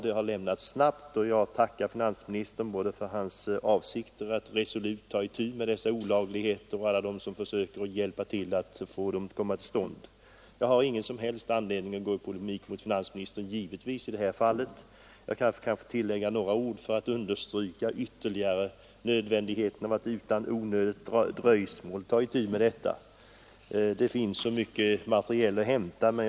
Det har lämnats snabbt, och jag tackar finansministern för hans avsikter att resolut ta itu med dessa olagligheter och med de personer som försöker främja dem. Jag har givetvis ingen som helst anledning att gå i polemik mot finansministern i detta fall. Jag kanske får tillägga några ord för att ytterligare understryka nödvändigheten av att utan onödigt dröjsmål ta itu med denna hantering. Det finns mycket material att referera till.